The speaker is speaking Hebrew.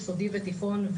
יסודי ותיכון,